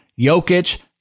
Jokic